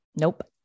nope